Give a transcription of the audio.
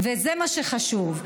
וזה מה שחשוב.